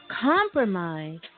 compromise